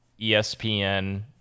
ESPN